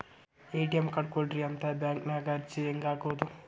ATM card ಕೊಡ್ರಿ ಅಂತ bank ನ್ಯಾಗ ಅರ್ಜಿ ಹೆಂಗ ಹಾಕೋದು?